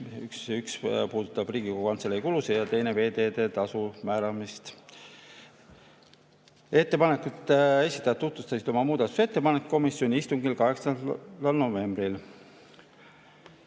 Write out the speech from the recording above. Üks puudutab Riigikogu Kantselei kulusid ja teine veeteede tasu määramist. Ettepanekute esitajad tutvustasid oma muudatusettepanekut komisjoni istungil 8. novembril.